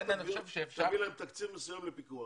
ועידת התביעות תעביר להם תקציב מסוים לפיקוח